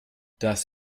das